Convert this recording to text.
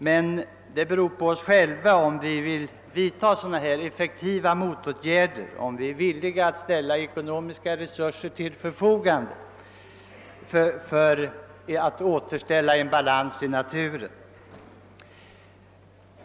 Det beror emellertid på oss själva om vi vill vidta effektiva motåtgärder och är villiga att ställa ekonomiska resurser till förfogande för att återställa balans i naturen.